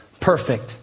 Perfect